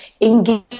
engage